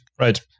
Right